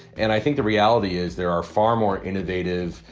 and i think the reality is there are far more innovative,